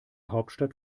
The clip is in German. hauptstadt